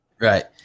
Right